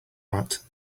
art